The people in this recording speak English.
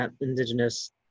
indigenous